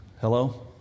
Hello